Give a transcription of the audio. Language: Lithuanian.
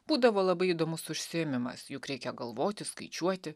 būdavo labai įdomus užsiėmimas juk reikia galvoti skaičiuoti